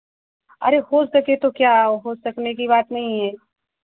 अरे हो सके तो क्या हो सकने कि बात नहीं है